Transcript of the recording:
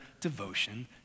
devotion